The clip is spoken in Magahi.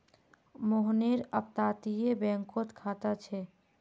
मोहनेर अपततीये बैंकोत खाता छे